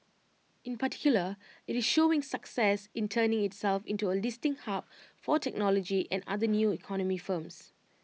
in particular IT is showing success in turning itself into A listing hub for technology and other new economy firms